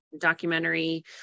documentary